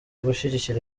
gushyigikira